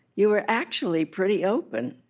you were actually pretty open.